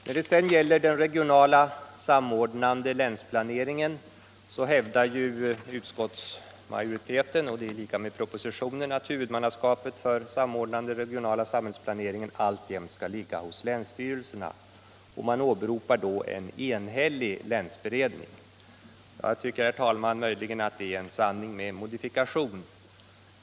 När det sedan gäller den regionala samordnande länsplaneringen hävdar utskottsmajoriteten — och det är lika med propositionen — att huvudmannaskapet för denna planering alltjämt skall ligga hos länsstyrelserna. Man åberopar då en enhällig länsberedning. Jag tycker, herr talman, möjligen att det är en sanning med modifikation.